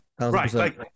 Right